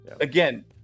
Again